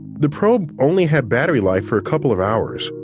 the probe only had battery life for a couple of hours.